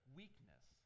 weakness